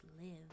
live